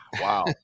Wow